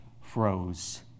froze